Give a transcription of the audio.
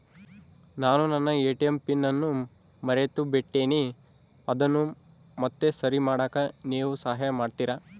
ನಾನು ನನ್ನ ATM PIN ಅನ್ನು ಮರೆತುಬಿಟ್ಟೇನಿ ಅದನ್ನು ಮತ್ತೆ ಸರಿ ಮಾಡಾಕ ನೇವು ಸಹಾಯ ಮಾಡ್ತಿರಾ?